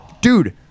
dude